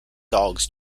dogs